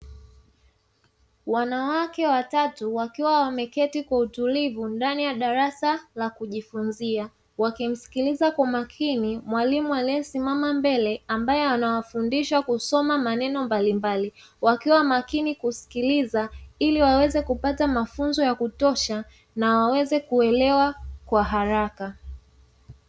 Wanawake watatu wakiwa wameketi kwa utulivu ndani ya darasa la kujifunzia, wakimsikiliza kwa makini mwalimu aliyesimama mbele ambaye anawafundisha kusoma maneno mbalimbali, wakiwa makini kusikiliza ili waweze kupata mafunzo ya kutosha na waweze kuelewa kwa haraka.